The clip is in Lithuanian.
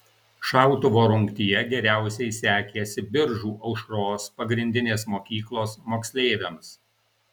šautuvo rungtyje geriausiai sekėsi biržų aušros pagrindinės mokyklos moksleiviams